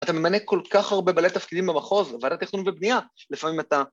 אתה ממנה כל כך הרבה בעלי תפקידים במחוז, ועדת התכנון ובנייה, לפעמים אתה...